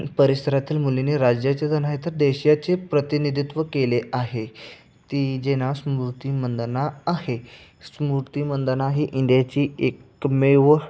परिसरातील मुलीने राज्याचेच नाही तर देशाचे प्रतिनिधित्व केले आहे ती जे नाव स्मृती मंधाना आहे स्मृती मंधाना ही इंडियाची एकमेव